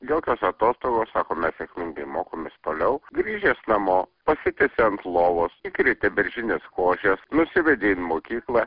jokios atostogos sako mes sėkmingai mokomės toliau grįžęs namo pasitiesė ant lovos įkrėtė beržinės košės nusivedė į mokyklą